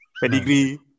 pedigree